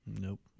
Nope